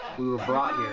were brought here.